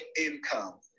income